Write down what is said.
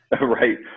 right